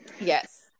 Yes